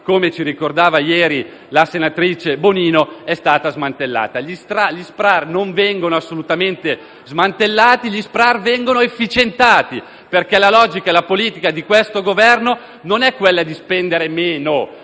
come ci ricordava ieri la senatrice Bonino. I centri SPRAR non vengono assolutamente smantellati, ma vengono efficientati, perché la logica e la politica di questo Governo non è quella di spendere meno,